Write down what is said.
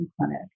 Clinic